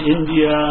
India